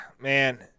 man